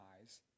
eyes